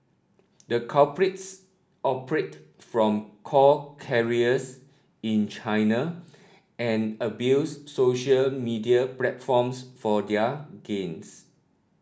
the culprits operated from call in China and abused social media platforms for their gains